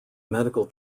medical